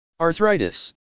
Arthritis